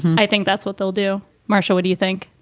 i think that's what they'll do. marcia, what do you think?